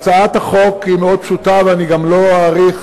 הצעת החוק היא מאוד פשוטה ואני גם לא אאריך,